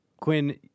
Quinn